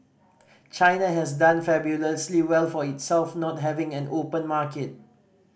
China has done fabulously well for itself not having an open market